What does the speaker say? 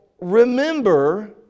remember